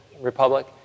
Republic